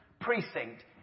precinct